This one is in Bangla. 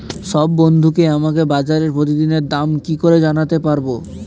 সব বন্ধুকে আমাকে বাজারের প্রতিদিনের দাম কি করে জানাতে পারবো?